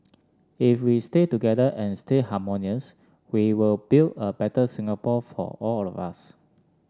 if we stay together and stay harmonious we will build a better Singapore for all of us